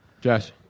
Jesse